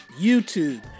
YouTube